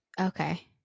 Okay